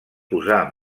posar